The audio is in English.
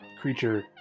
creature